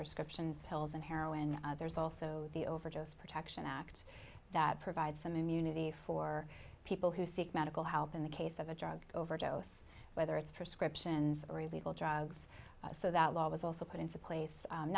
prescription pills and heroin there's also the overdose protection act that provides some immunity for people who seek medical help in the case of a drug overdose whether it's prescriptions or illegal drugs so that law was also put into place